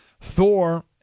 Thor